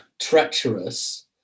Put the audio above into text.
treacherous